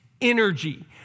energy